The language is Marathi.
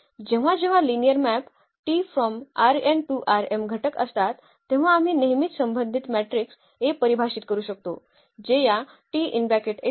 जेव्हा जेव्हा लिनिअर मॅप घटक असतात तेव्हा आम्ही नेहमीच संबंधित मॅट्रिक्स A परिभाषित करू शकतो